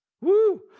Woo